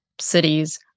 cities